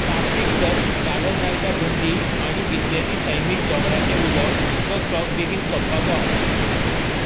ताकतीक कर गार्डन रायता बुंदी आनी बिसलेरी सैमीक डोंगराचें उदकचो स्टॉक बेगीन सोंपपाचो आसा